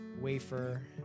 wafer